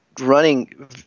running